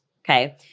Okay